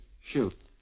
Shoot